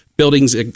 buildings